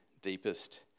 deepest